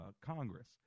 congress